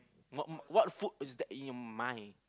what what food is that you money